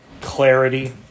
clarity